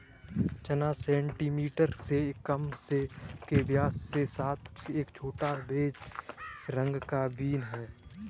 चना सेंटीमीटर से कम के व्यास के साथ एक छोटा, बेज रंग का बीन है